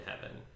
Heaven